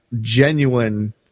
genuine